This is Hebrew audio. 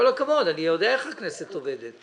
עם כל הכבוד, אני יודע איך הכנסת עובדת.